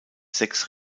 sechs